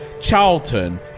Charlton